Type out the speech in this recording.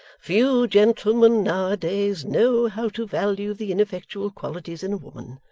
few gentlemen, now-a-days, know how to value the ineffectual qualities in a woman!